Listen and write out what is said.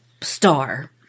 star